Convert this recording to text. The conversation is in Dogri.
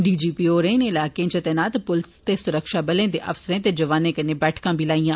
डीजपी होरें इने इलार्के च तैनात पुलस ते सुरक्षाबलें दे अफसरें ते जवानें कन्नै बैठकां बी लाईयां